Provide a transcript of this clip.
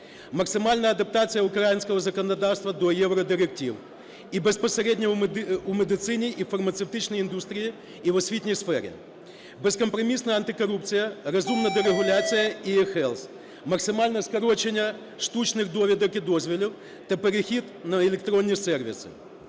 Максимальна адаптація українського законодавства до євродиректив і безпосереднього у медицині і фармацевтичній індустрії і в освітній сфері. Безкомпромісна антикорупція, розумна дерегуляція і еHealth, максимальне скорочення штучних довідок і дозволів та перехід на електронні сервіси.